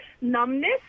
numbness